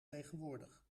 tegenwoordig